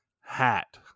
hat